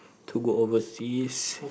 to go overseas